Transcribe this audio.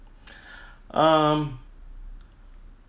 um